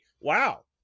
Wow